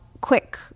quick